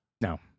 No